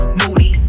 moody